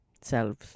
selves